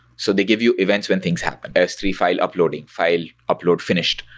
so they give you events when things happen. s three file uploading, file upload finished,